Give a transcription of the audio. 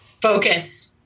focus